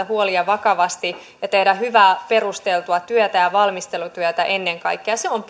huolia vakavasti ja tehdä hyvää perusteltua työtä ja valmistelutyötä ennen kaikkea on